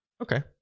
Okay